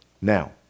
Now